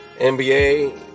NBA